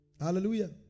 Hallelujah